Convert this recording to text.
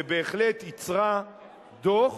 ובהחלט ייצרה דוח